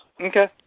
Okay